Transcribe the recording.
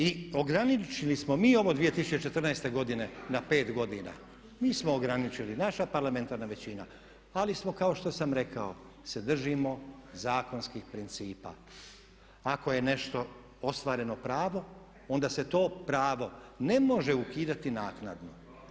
I ograničili smo mi ovo 2014. godine na 5 godina, mi smo ograničili, naša parlamentarna većina ali smo kao što sam rekao i držimo se zakonskih principa ako je nešto ostvareno pravo onda se to pravo ne može ukidati naknadno.